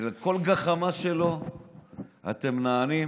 לכל גחמה שלו אתם נענים,